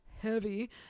heavy